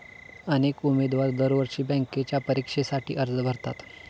अनेक उमेदवार दरवर्षी बँकेच्या परीक्षेसाठी अर्ज भरतात